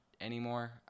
anymore